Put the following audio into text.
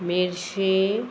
मेर्शे